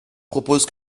propose